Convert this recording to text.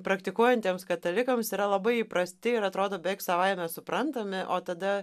praktikuojantiems katalikams yra labai įprasti ir atrodo beveik savaime suprantami o tada